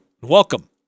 welcome